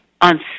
on